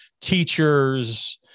teachers